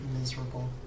Miserable